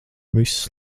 viss